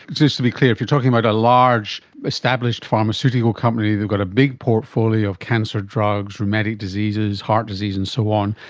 just to be clear, if you're talking about a large established pharmaceutical company, they've got a big portfolio of cancer drugs, rheumatic diseases, heart disease and so on,